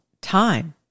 time